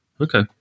Okay